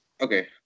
okay